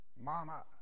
Mama